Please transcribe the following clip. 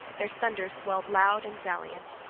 their thunder swelled loud and valiant.